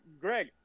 greg